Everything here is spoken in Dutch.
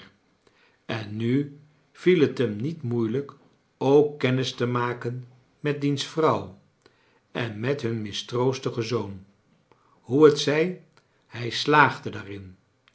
en nu viel het hem niet moeilijk ook kennis te maken met diens vrouw en met hun mistroostigen zoon hoe t zijj hij slaagde daarin